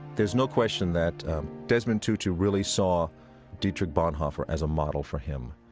there's no question that desmond tutu really saw dietrich bonhoeffer as a model for him.